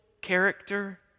character